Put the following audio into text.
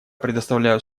предоставляю